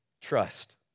trust